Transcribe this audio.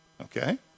okay